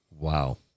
Wow